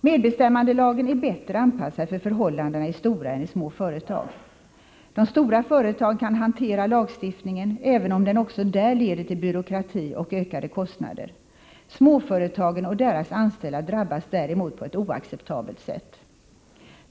Medbestämmandelagen är bättre anpassad för förhållandena i stora än i små företag. De stora företagen kan hantera lagstiftningen även om den också där leder till byråkrati och ökade kostnader. Småföretagen och deras anställda drabbas däremot på ett oacceptabelt sätt.